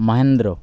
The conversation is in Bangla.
মহেন্দ্র